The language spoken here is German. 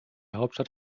hauptstadt